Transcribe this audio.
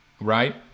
right